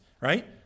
right